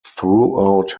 throughout